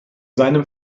seinem